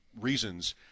reasons